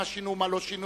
מה שינו ומה לא שינו,